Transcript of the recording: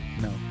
No